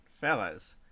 fellas